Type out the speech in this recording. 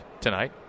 tonight